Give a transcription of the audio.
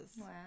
Wow